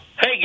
Hey